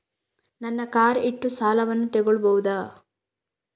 ನನ್ನ ಕಾರ್ ಇಟ್ಟು ಸಾಲವನ್ನು ತಗೋಳ್ಬಹುದಾ?